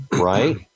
Right